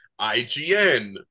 IGN